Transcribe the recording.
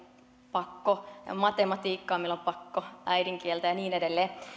pakkomatematiikkaa meillä on pakkoäidinkieltä ja niin edelleen